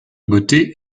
beauté